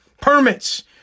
permits